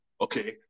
Okay